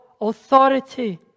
authority